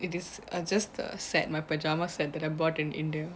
it is a just a set my pajamas set I bought in india